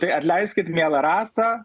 tai atleiskit miela rasa